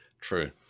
true